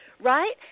Right